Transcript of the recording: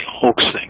hoaxing